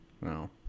No